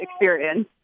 experience